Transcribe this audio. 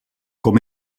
com